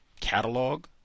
catalog